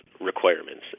requirements